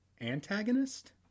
antagonist